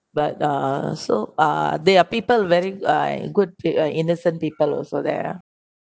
but uh so uh they are people very like good peo~ and innocent people also there